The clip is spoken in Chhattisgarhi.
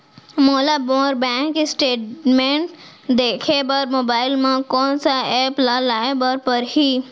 मोला मोर बैंक स्टेटमेंट देखे बर मोबाइल मा कोन सा एप ला लाए बर परही?